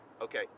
okay